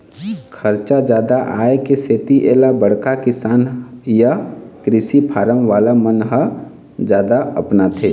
खरचा जादा आए के सेती एला बड़का किसान य कृषि फारम वाला मन ह जादा अपनाथे